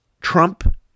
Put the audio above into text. trump